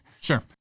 Sure